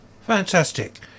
Fantastic